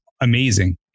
amazing